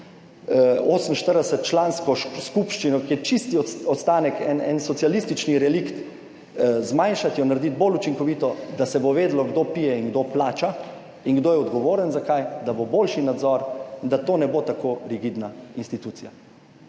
48 člansko skupščino, ki je čisti ostanek, en socialistični relikt, zmanjšati, jo narediti bolj učinkovito, da se bo vedelo kdo pije in kdo plača in kdo je odgovoren za kaj, da bo boljši nadzor in da to ne bo tako rigidna institucija.